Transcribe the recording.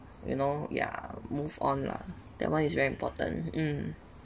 you know yeah move on lah that one is very important um